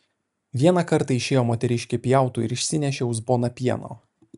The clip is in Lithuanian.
vieną kartą išėjo moteriškė pjautų ir išsinešė uzboną pieno